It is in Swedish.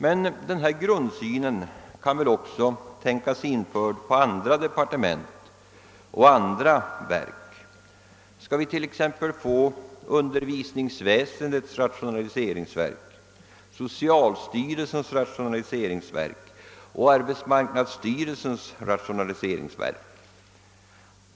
Men denna grundsyn kan väl också tänkas bli anlagd på andra departement och andra verk? Skall vi t.ex. få undervisningsväsendets rationaliseringsverk, socialstyrelsens rationaliseringsverk och arbetsmårknadsstyrelsens rationaliseringsverk?